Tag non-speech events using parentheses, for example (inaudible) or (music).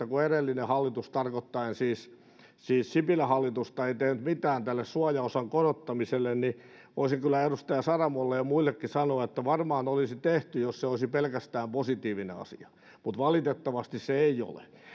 (unintelligible) kun edellinen hallitus tarkoittaen siis siis sipilän hallitusta ei tehnyt mitään tälle suojaosan korottamiselle niin voisin kyllä edustaja saramolle ja muillekin sanoa että varmaan olisi tehty jos se olisi pelkästään positiivinen asia mutta valitettavasti se ei ole